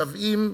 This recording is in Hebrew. משוועים